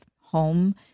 home